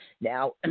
Now